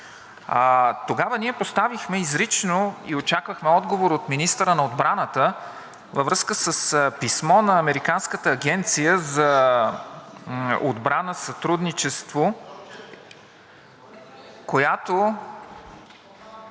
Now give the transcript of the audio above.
Тогава ние изрично поставихме и очаквахме отговор от министъра на отбраната във връзка с писмо на американската Агенция за отбрана и сътрудничество, която